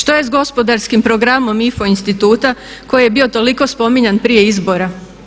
Što je s gospodarskim programom INFO instituta koji je bio toliko spominjan prije izbora?